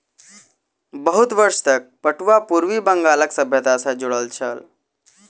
बहुत वर्ष तक पटुआ पूर्वी बंगालक सभ्यता सॅ जुड़ल छल